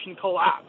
collapse